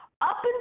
up